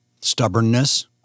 Stubbornness